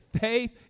faith